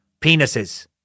penises